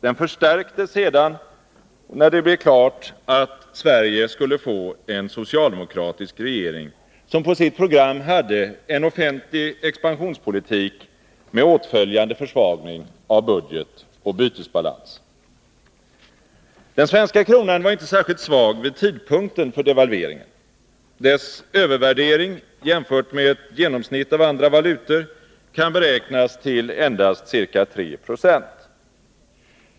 Den förstärktes sedan det blev klart att Sverige skulle få en socialdemokratisk regering, som på sitt program hade en offentlig expansionspolitik med åtföljande försvagning av budgetoch bytesbalans. Den svenska kronan var inte särskilt svag vid tidpunkten för devalveringen. Dess övervärdering jämfört med ett genomsnitt av andra valutor kan beräknas till endast ca 3 20.